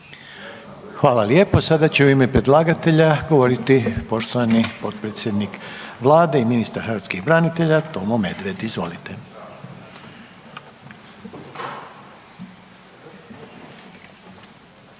Hvala lijepo. Sada će u ime predlagatelja govoriti poštovani potpredsjednik Vlade i ministar hrvatskih branitelja Tomo Medved. Izvolite.